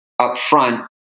upfront